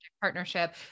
partnership